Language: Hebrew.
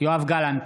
יואב גלנט,